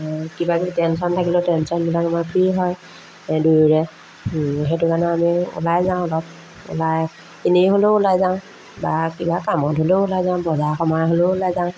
কিবাকিবি টেনচন থাকিলেও টেনচনবিলাক আমাৰ ফ্ৰী হয় এই দুয়োৰে সেইটো কাৰণেও আমি ওলাই যাওঁ অলপ ওলাই এনেই হ'লেও ওলাই যাওঁ বা কিবা কামত হ'লেও ওলাই যাওঁ বজাৰ সমাৰ হ'লেও ওলাই যাওঁ